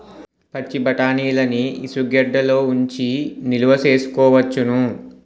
పచ్చిబఠాణీలని ఇసుగెడ్డలలో ఉంచి నిలవ సేసుకోవచ్చును